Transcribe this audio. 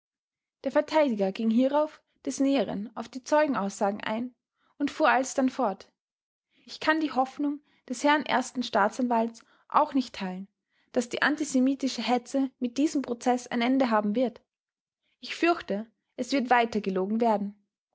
der verteidiger ging hierauf des näheren auf die zeugenaussagen ein und fuhr alsdann fort ich kann die hoffnung des herrn ersten staatsanwalts auch nicht teilen daß die antisemitische hetze mit diesem prozeß ein ende haben wird ich fürchte es wird weitergelogen werden